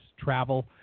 travel